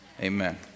Amen